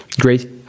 great